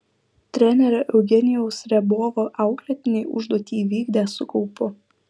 trenerio eugenijaus riabovo auklėtiniai užduotį įvykdė su kaupu